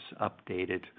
updated